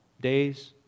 Days